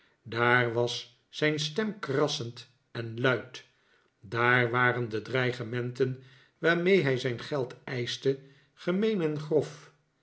daar was zijn stem krassend en luid daar waren de dreigementen waarmee hij zijn geld eischte gemeen en grof